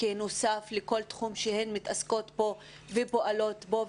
נוסף לכל תחום שהן מתעסקות בו ופועלות בו.